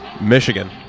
Michigan